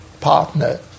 partner